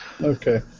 Okay